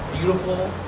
beautiful